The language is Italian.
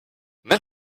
nel